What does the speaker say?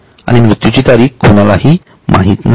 आणि मृत्यूची तारीख कोणलाही माहित नसते